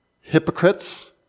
hypocrites